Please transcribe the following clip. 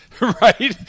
Right